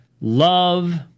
love